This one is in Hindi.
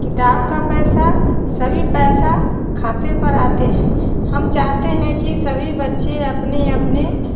किताब का पैसा सभी पैसा खाते पर आते हैं हम चाहते हैं कि सभी बच्चे अपने अपने